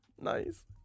Nice